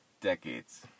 decades